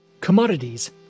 Commodities